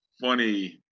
funny